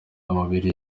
amabere